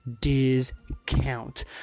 Discount